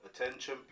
Attention